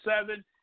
seven